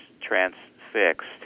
transfixed